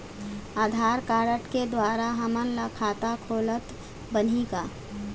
आधार card के द्वारा हमन ला खाता खोलत बनही का?